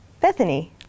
Bethany